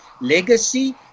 legacy